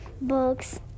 books